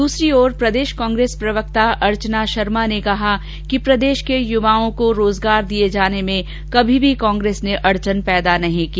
द्रसरी ओर प्रदेश कांग्रेस प्रवक्ता अर्चना शर्मा ने कहा कि प्रदेश के युवाओं रोजगार दिए जाने में कभी भी कोंग्रेस ने अड़चन पैदा नहीं की